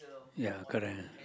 ya correct lah